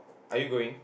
are you going